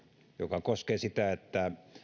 joka koskee sitä että